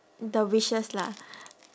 the wishes lah